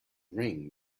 ring